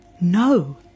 No